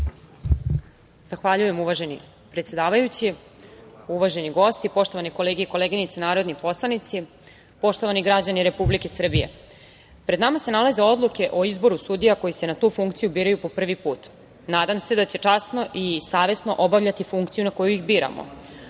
Zahvaljujem, uvaženi predsedavajući. Uvaženi gosti, poštovane kolege i koleginice narodni poslanici, poštovani građani Republike Srbije, pred nama se nalaze odluke o izboru sudija koji se na tu funkciju biraju po prvi put. Nadam se da će časno i savesno obavljati funkciju na koju ih biramo. Sudstvo